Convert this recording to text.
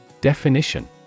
Definition